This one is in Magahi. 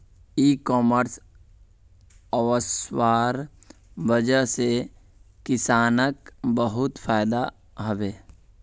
इ कॉमर्स वस्वार वजह से किसानक बहुत फायदा हबे